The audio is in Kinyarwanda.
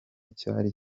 cyari